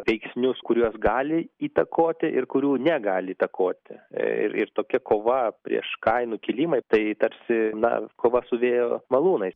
veiksnius kuriuos gali įtakoti ir kurių negali įtakoti ir tokia kova prieš kainų kilimą tai tarsi na kova su vėjo malūnais